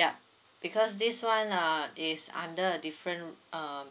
ya because this one uh is under different uh